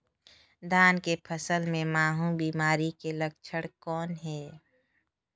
धान के फसल मे महू बिमारी के लक्षण कौन हे?